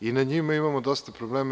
I na njima imamo dosta problema.